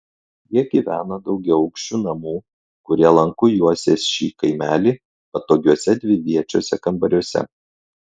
jie gyveno daugiaaukščių namų kurie lanku juosė šį kaimelį patogiuose dviviečiuose kambariuose